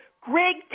Greg